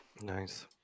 Nice